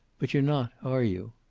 but you're not, are you?